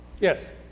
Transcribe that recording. Yes